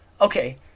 okay